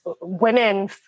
women